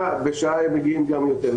בשעה מגיעים גם יותר.